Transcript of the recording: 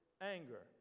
anger